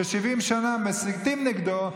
ש-70 שנה מסיתים נגדו,